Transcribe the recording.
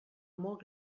molt